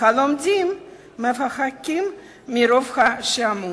והלומדים מפהקים מרוב שעמום.